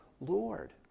Lord